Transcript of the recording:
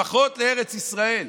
לפחות לארץ ישראל.